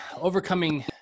overcoming